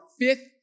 fifth